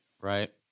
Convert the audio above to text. right